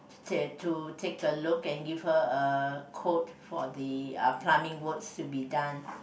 to to take a look and give her a quote for the uh plumbing works to be done